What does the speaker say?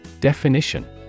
Definition